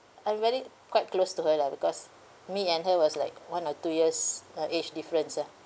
I'm very quite close to her lah because me and her was like one or two years uh age difference ah